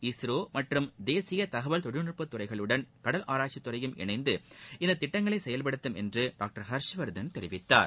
இஸ்ரோ மற்றும் தேசிய தகவல் தொழில்நட்ப துறைகளுடன் கடல் ஆராய்ச்சித்துறையும் இணைந்து இந்த திட்டத்தை செயல்படுத்தும் என்று டாக்டர் ஹர்ஷ்வர்தன் தெரிவித்தார்